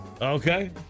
Okay